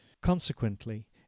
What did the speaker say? Consequently